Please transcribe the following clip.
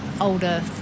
older